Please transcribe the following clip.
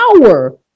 power